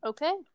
Okay